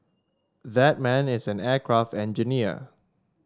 that man is an aircraft engineer